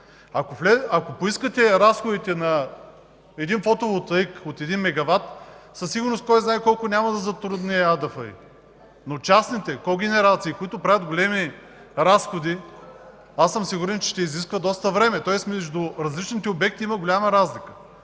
Ако поискате разходите на един фотоволтаик от 1 мегават, със сигурност кой знае колко няма да затрудни АДФИ. Но частните когенерации, които правят големи разходи, съм сигурен, че ще изискват доста време. Тоест между различните обекти има голяма разлика.